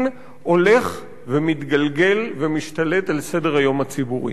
הולך ומתגלגל ומשתלט על סדר-היום הציבורי.